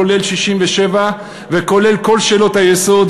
כולל 67' וכולל כל שאלות היסוד,